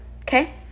okay